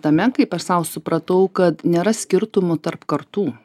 tame kaip aš sau supratau kad nėra skirtumų tarp kartų